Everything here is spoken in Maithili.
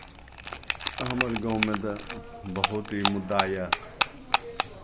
हमर गाँवमे तऽ बहुत ई मुद्दा यए